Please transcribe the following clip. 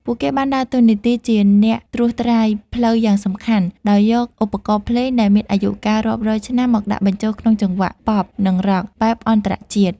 ពួកគេបានដើរតួនាទីជាអ្នកត្រួសត្រាយផ្លូវយ៉ាងសំខាន់ ដោយយកឧបករណ៍ភ្លេងដែលមានអាយុកាលរាប់រយឆ្នាំមកដាក់បញ្ចូលក្នុងចង្វាក់ ប៉ុប(Pop) និង រ៉ក់(Rock) បែបអន្តរជាតិ។